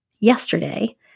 yesterday